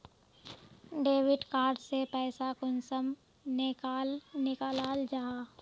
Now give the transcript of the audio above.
Debit card से पैसा कुंसम निकलाल जाहा?